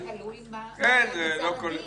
לא, אבל זה תלוי מה כולל גזר הדין.